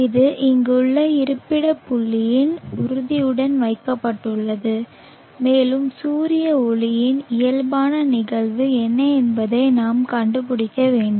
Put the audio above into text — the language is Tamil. இது இங்குள்ள இருப்பிட புள்ளியில் உறுதியுடன் வைக்கப்பட்டுள்ளது மேலும் சூரிய ஒளியின் இயல்பான நிகழ்வு என்ன என்பதை நாம் கண்டுபிடிக்க வேண்டும்